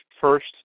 first